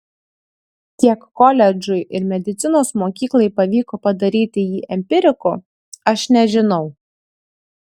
kiek koledžui ir medicinos mokyklai pavyko padaryti jį empiriku aš nežinau